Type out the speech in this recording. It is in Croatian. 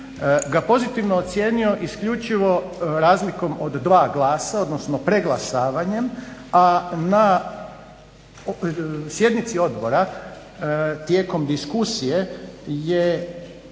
ga pozitivno ocijenio isključivo razlikom od 2 glasa, odnosno preglasavanjem a na sjednici odbora tijekom diskusije je